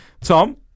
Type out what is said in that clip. Tom